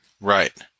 Right